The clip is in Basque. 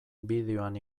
bideoan